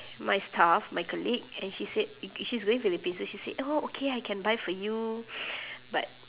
my staff my colleague and she said i~ she's going philippines so she said oh okay I can buy for you but